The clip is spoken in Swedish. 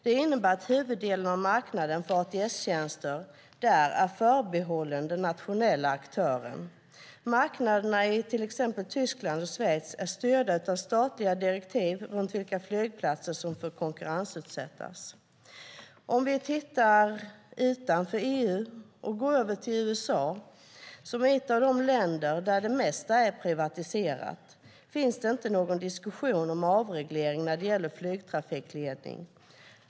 Det innebär att huvuddelen av marknaden för ATS-tjänster där är förbehållen den nationella aktören. Marknaderna i till exempel Tyskland och Schweiz är styrda av statliga direktiv om vilka flygplatser som får konkurrensutsättas. Utanför Europa finns det i USA, ett av de länder där det mesta är privatiserat, inte någon diskussion om avreglering när det gäller flygtrafikledning.